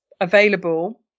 available